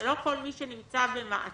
שלא כל מי שנמצא במעצר